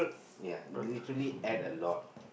ya they literally ate a lot